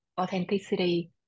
authenticity